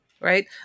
right